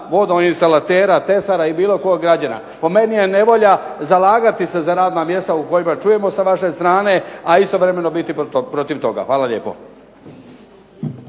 vodoinstalatera, tesara ili bilo kojeg građanina. Po meni je nevolja zalagati se za radna mjesta o kojima čujemo sa vaše strane a istovremeno biti protiv toga. Hvala lijepo.